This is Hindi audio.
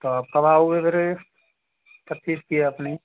तो आप कब आओगे फिर ये पच्चीस की आपने